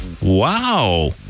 wow